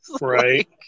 Right